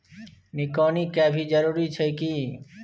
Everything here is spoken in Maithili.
निकौनी के भी जरूरी छै की?